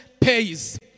pays